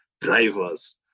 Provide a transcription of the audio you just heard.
drivers